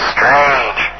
Strange